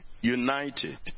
united